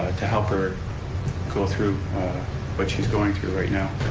to help her go through what she's going through right now.